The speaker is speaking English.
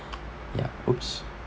ya !oops!